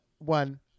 One